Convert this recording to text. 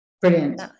brilliant